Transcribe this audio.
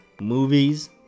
movies